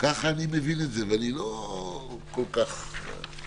ככה אני מבין את זה, ואני לא כל כך חכם.